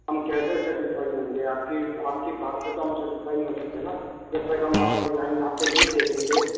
ہم کیسے سٹسفائی ہوں گے آپ کی آپ کی بات سے تو ہم سٹسفائی نہیں ہو سکتے نا جب تک ہم آپ ڈیزائن آپ کے نہیں دیکھیں گے